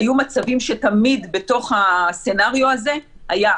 היו מצבים שתמיד בתוך הסצנריו הזה הייתה